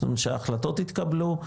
זאת אומרת שההחלטות התקבלו,